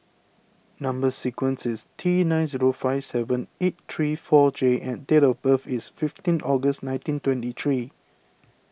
Number Sequence is T nine zero five seven eight three four J and date of birth is fifteen August nineteen twenty three